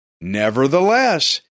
Nevertheless